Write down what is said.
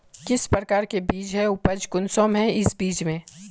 किस प्रकार के बीज है उपज कुंसम है इस बीज में?